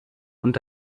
und